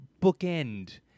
bookend